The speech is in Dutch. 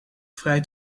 vrij